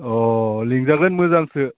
अह लिंजागोन मोजांसो